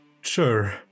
sure